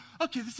okay